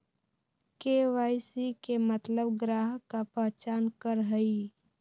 KYC के मतलब ग्राहक का पहचान करहई?